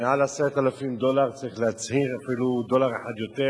מעל 10,000 דולר צריך להצהיר, אפילו דולר אחד יותר